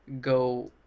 go